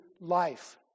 life